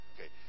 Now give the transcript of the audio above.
Okay